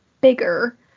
bigger